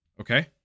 okay